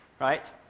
right